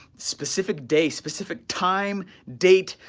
specific day, specific time, date,